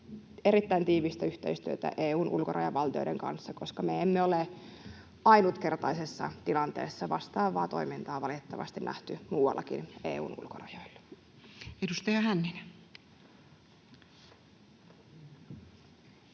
erittäin tiivistä yhteistyötä EU:n ulkorajavaltioiden kanssa, koska me emme ole ainutkertaisessa tilanteessa. Vastaavaa toimintaa on valitettavasti nähty muuallakin EU:n ulkorajoilla. Edustaja Hänninen.